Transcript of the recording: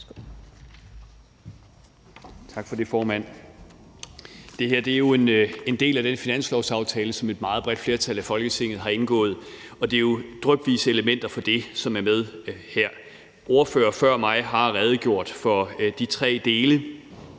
Tak for det, formand. Det her er jo en del af den finanslovsaftale, som et meget bredt flertal af Folketinget har indgået, og det er jo drypvise elementer fra det, som er med her. Ordførere før mig har redegjort for de tre dele,